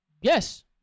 Yes